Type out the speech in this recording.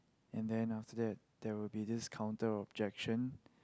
and than after that they will be list counted objection